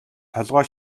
толгой